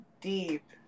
deep